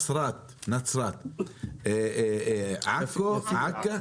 "נסרת", עכו, "עכא",